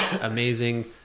amazing